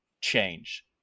change